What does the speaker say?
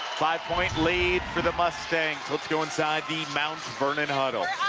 five-point lead for the mustangs. let's go inside the mount vernonhuddle.